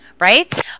Right